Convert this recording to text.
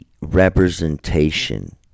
representation